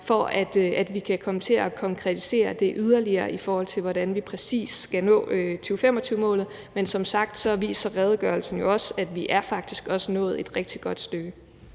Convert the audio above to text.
for, at vi kan komme til at konkretisere det yderligere, i forhold til hvordan vi præcis skal nå 2025-målet. Men som sagt viser redegørelsen jo også, at vi faktisk har nået et rigtig godt stykke.